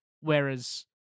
Whereas